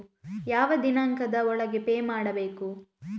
ಯಾವ ದಿನಾಂಕದ ಒಳಗೆ ಪೇ ಮಾಡಬೇಕು?